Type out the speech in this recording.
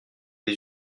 des